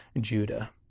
Judah